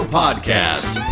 podcast